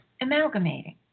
amalgamating